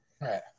Right